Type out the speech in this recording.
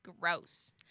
Gross